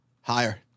Higher